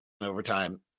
overtime